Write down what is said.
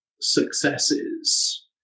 successes